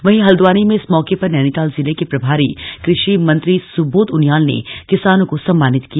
वहीं हल्द्वानी में इस मौके पर नैनीताल जिले के प्रभारी कृषि मंत्री सुबोध उनियाल ने किसानों को सम्मानित किया